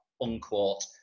Unquote